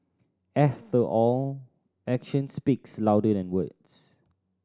after all actions speaks louder than words